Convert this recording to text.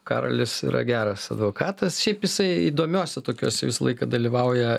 karolis yra geras advokatas šiaip jisai įdomiose tokiose visą laiką dalyvauja